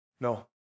No